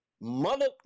mother